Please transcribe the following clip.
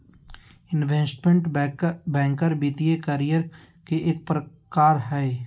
investment banker वित्तीय career के एक प्रकार हय